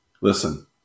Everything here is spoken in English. Listen